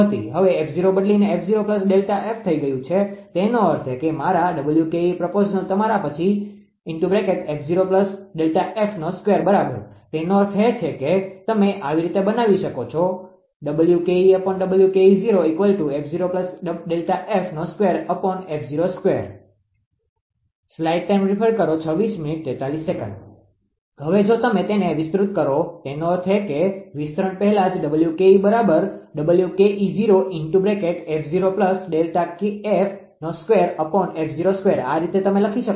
હવે 𝑓0 બદલીને થઈ ગયું છે તેનો અર્થ એ કે મારા પ્રપોર્સ્નલ તમારા પછી બરાબર તેનો અર્થ એ છે કે તમે આવી રીતે બનાવી શકો છો હવે જો તમે તેને વિસ્તૃત કરો તેનો અર્થ એ કે વિસ્તરણ પહેલાં જ 𝑊𝑘𝑒 બરાબર આ રીતે તમે લખી શકો છો